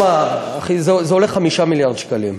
שמע, זה עולה 5 מיליארד שקלים.